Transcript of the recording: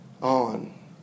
on